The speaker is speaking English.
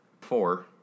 four